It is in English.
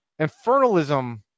infernalism